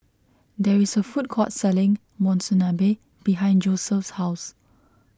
there is a food court selling Monsunabe behind Joeseph's house